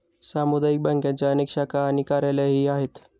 सामुदायिक बँकांच्या अनेक शाखा आणि कार्यालयेही आहेत